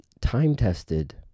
time-tested